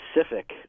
specific